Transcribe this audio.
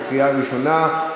בקריאה ראשונה.